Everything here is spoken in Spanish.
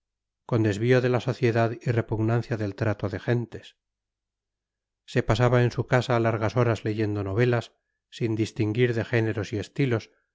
con desvío de la sociedad y repugnancia del trato de gentes se pasaba en su casa largas horas leyendo novelas sin distinguir de géneros y estilos